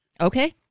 Okay